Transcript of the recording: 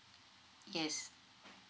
yes